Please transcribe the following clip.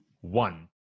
one